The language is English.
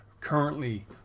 Currently